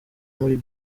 muri